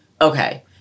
okay